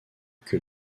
que